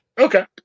Okay